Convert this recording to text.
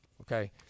Okay